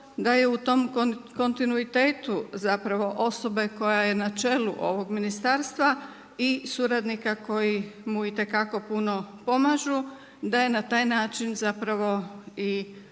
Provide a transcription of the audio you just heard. da je u tom kontinuitetu zapravo osobe koja je na čelu ovog ministarstva i suradnika koji mu itekako puno pomažu, da je na taj način zapravo i